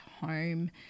home